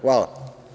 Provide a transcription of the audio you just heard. Hvala.